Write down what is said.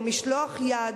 או משלח יד,